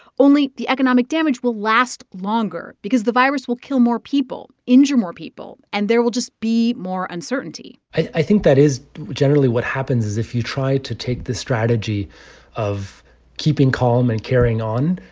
only the economic damage will last longer because the virus will kill more people, injure more people. and there will just be more uncertainty i think that is generally what happens is if you try to take the strategy of keeping calm and carrying on,